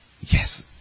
Yes